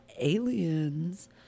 aliens